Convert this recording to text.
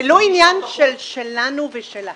שוב, זה לא עניין שלנו ושלכם.